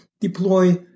deploy